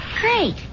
Great